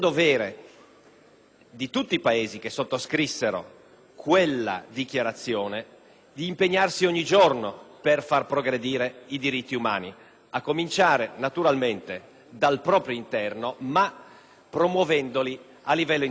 di tutti i Paesi che sottoscrissero quella dichiarazione impegnarsi ogni giorno per far progredire i diritti umani, a cominciare naturalmente dal proprio interno, ma promuovendoli a livello internazionale.